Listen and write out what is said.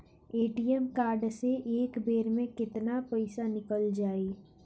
ATM card से एक बेर मे केतना पईसा निकल जाई?